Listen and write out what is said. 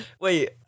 wait